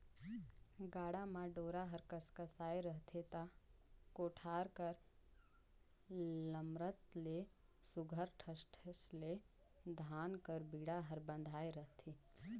गाड़ा म डोरा हर कसकसाए रहथे ता कोठार कर लमरत ले सुग्घर ठस ठस ले धान कर बीड़ा हर बंधाए रहथे